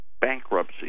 bankruptcy